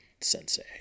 sensei